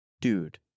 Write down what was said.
Dude